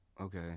okay